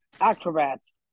acrobats